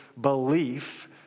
belief